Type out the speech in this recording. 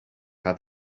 had